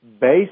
based